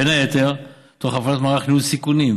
בין היתר תוך הפעלת מערך ניהול סיכונים